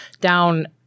down